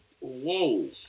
Whoa